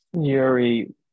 Yuri